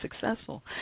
successful